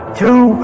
two